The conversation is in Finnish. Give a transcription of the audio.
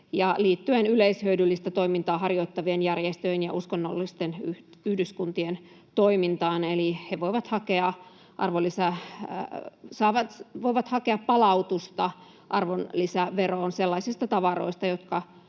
liittyen yleishyödyllistä toimintaa harjoittavien järjestöjen ja uskonnollisten yhdyskuntien toimintaan, eli ne voivat hakea palautusta arvonlisäveroon sellaisista tavaroista,